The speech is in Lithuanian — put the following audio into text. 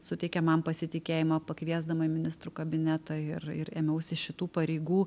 suteikė man pasitikėjimą pakviesdama į ministrų kabinetą ir ir ėmiausi šitų pareigų